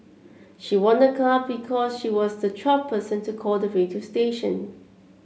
she won a car because she was the twelfth person to call the radio station